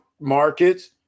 markets